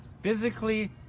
physically